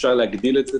אפשר להגדיל את התפוסה,